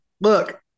Look